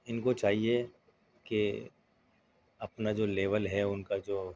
ان کو چاہیے کہ اپنا جو لیول ہے ان کا جو